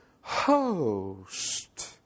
host